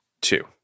Two